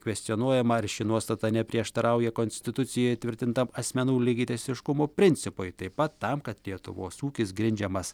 kvestionuojama ar ši nuostata neprieštarauja konstitucijoje įtvirtintam asmenų lygiateisiškumo principui taip pat tam kad lietuvos ūkis grindžiamas